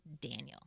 Daniel